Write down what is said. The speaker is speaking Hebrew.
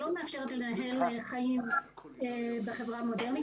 שלא מאפשרת לנהל חיים בחברה מודרנית.